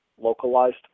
localized